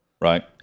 right